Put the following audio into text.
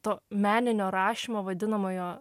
to meninio rašymo vadinamojo